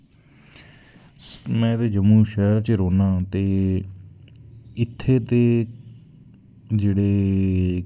में बी जम्मू शैह्र च रौह्ना ते इत्थें दे जेह्ड़े